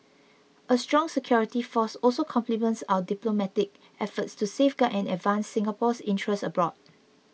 a strong security force also complements our diplomatic efforts to safeguard and advance Singapore's interests abroad